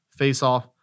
faceoff